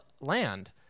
land